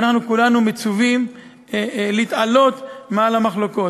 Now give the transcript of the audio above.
ואנחנו כולנו מצווים להתעלות מעל המחלוקות.